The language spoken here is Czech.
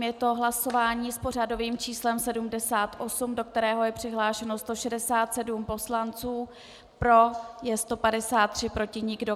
Je to hlasování s pořadovým číslem 78, do kterého je přihlášeno 167 poslanců, pro je 153, proti nikdo.